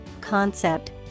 concept